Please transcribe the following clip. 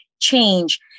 change